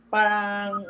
Parang